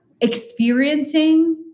experiencing